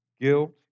guilt